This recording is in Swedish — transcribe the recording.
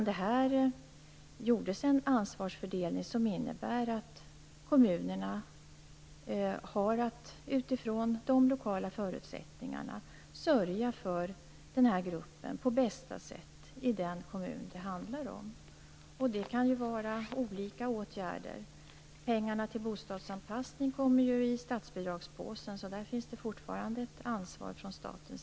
Det konstruerades en ansvarsfördelning som innebar att kommunerna utifrån de lokala förutsättningarna har att sörja för den här gruppen på bästa sätt i den kommun som det handlar om. Det kan röra sig om olika åtgärder. Pengar till bostadsanpassning kommer ju från statsbidragspåsen, så där har staten fortfarande ett ansvar.